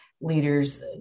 leaders